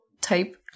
type